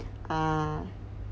ah